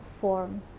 form